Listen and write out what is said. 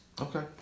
Okay